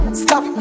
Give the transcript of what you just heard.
stop